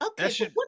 okay